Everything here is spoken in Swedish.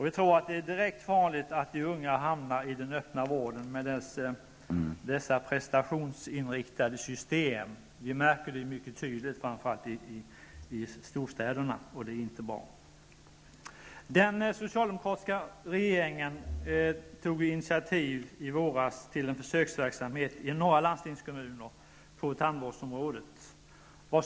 Vi tror att det är direkt farligt att de unga hamnar i den öppna vården med dess prestationsinriktade system. Vi märker det mycket tydligt, framför allt i storstäderna, och det är inte bra. Den socialdemokratiska regeringen tog i våras initiativ till en försöksverksamhet på tandvårdsområdet i några landstingskommuner.